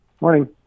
morning